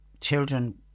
children